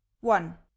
one